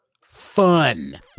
fun